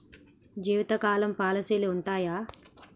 జీవితకాలం పాలసీలు ఉంటయా?